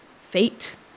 fate